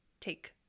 take